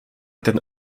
ten